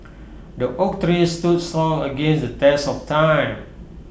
the oak tree stood strong against the test of time